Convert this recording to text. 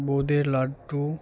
বোঁদের laddu